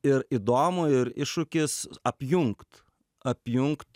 ir įdomu ir iššūkis apjungt apjungt